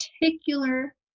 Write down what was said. particular